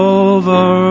over